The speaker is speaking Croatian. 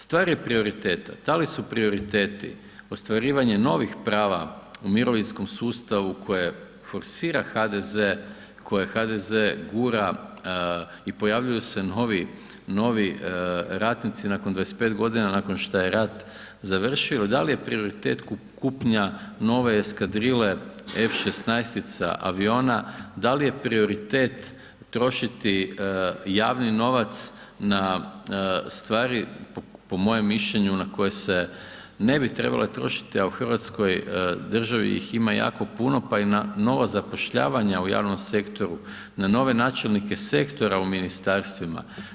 Stvar je prioriteta, da li su prioriteti ostvarivanje novih prava u mirovinskom sustavu koje forsira HDZ, koje HDZ gura i pojavljuju se novi ratnici nakon 25 g., nakon šta je rat završio, da li je prioritet kupnja nove eskadrile F16 aviona, da li je prioritet trošiti javni novac na stvari po mojem mišljenju na koje se ne bi trebale trošiti, a u hrvatskoj državi ih ima jako puno pa i nova zapošljavanja u javnom sektoru na none načelnike sektora u ministarstvima.